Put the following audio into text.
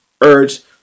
urged